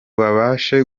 babashe